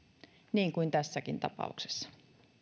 niin kuin tässäkin tapauksessa